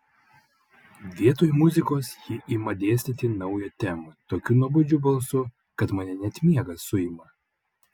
vietoj muzikos ji ima dėstyti naują temą tokiu nuobodžiu balsu kad mane net miegas suima